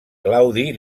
claudi